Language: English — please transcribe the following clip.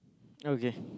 okay